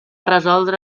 resoldre